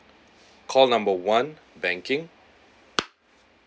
call number one banking